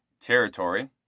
territory